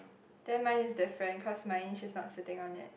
then mine is different cause mine is not sitting on it